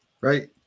Right